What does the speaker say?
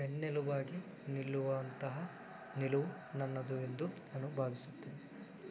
ಬೆನ್ನೆಲುಬಾಗಿ ನಿಲ್ಲುವಂತಹ ನಿಲುವು ನನ್ನದು ಎಂದು ನಾನು ಭಾವಿಸುತ್ತೇನೆ